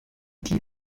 die